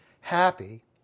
happy